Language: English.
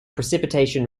precipitation